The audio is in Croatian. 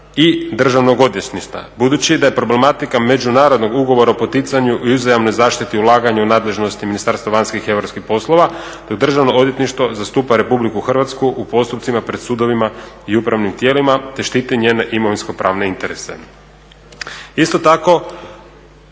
i Državno odvjetništva, budući da je problematika međunarodnog ugovora o poticanju i uzajamnoj zaštiti ulaganja u nadležnosti Ministarstva vanjskih i europskih poslova, te Državno odvjetništvo zastupa RH u postupcima pred sudovima i upravnim tijelima, te štiti njene imovinskopravne interese. Isto tako